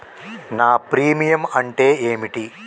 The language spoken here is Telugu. నా ప్రీమియం అంటే ఏమిటి?